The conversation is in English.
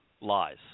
lies